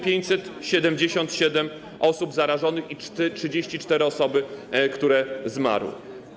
1577 osób zarażonych i 34 osoby, które zmarły.